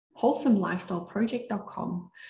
wholesomelifestyleproject.com